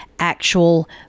actual